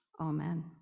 Amen